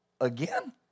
Again